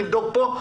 תבדוק פה.